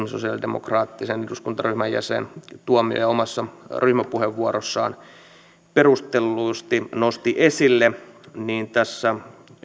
sosialidemokraattisen eduskuntaryhmän jäsen tuomioja omassa ryhmäpuheenvuorossaan perustellusti nosti esille tässä